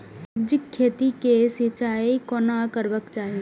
सब्जी के खेतक सिंचाई कोना करबाक चाहि?